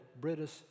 British